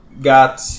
got